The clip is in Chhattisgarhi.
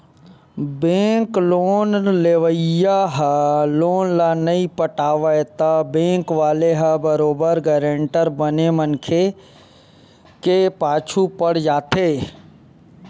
बेंक लोन लेवइया ह लोन ल नइ पटावय त बेंक वाले ह बरोबर गारंटर बने मनखे के पाछू पड़ जाथे